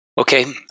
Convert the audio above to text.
Okay